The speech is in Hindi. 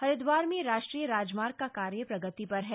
हरिद्वार में राष्ट्रीय राजमार्ग का कार्य प्रगति पर है